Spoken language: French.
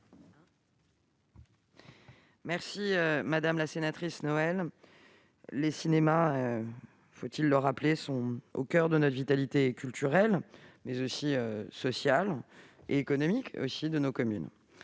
est à Mme la secrétaire d'État. Les cinémas- faut-il le rappeler ? -sont au coeur de la vitalité culturelle, mais aussi sociale et économique de nos communes.